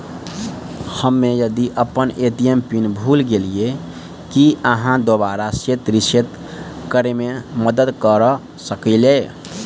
हम्मे यदि अप्पन ए.टी.एम पिन भूल गेलियै, की अहाँ दोबारा सेट रिसेट करैमे मदद करऽ सकलिये?